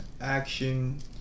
action